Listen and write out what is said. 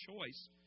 choice